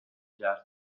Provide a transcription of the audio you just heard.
کرد